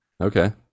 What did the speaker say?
Okay